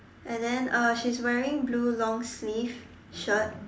and then uh she is wearing blue long sleeve shirt